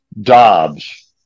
Dobbs